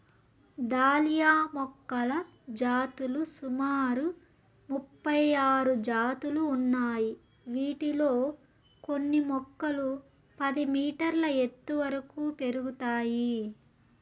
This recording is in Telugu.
దాలియా మొక్కల జాతులు సుమారు ముపై ఆరు జాతులు ఉన్నాయి, వీటిలో కొన్ని మొక్కలు పది మీటర్ల ఎత్తు వరకు పెరుగుతాయి